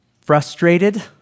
frustrated